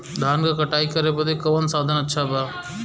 धान क कटाई करे बदे कवन साधन अच्छा बा?